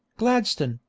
gladstone,